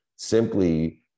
Simply